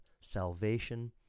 salvation